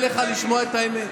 קשה לך לשמוע את האמת.